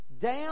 down